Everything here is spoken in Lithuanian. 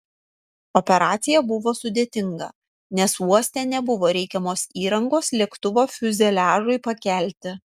operacija buvo sudėtinga nes uoste nebuvo reikiamos įrangos lėktuvo fiuzeliažui pakelti